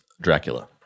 Dracula